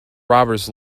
robbers